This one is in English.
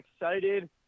excited